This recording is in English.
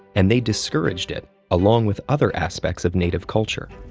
and they discouraged it, along with other aspects of native culture.